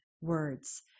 words